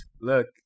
Look